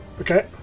Okay